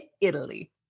Italy